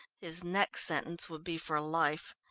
his next sentence would be for life.